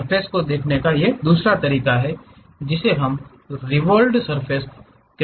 surface को देखने का दूसरा तरीका रिवोल्व्ड़ सर्फ़ेस है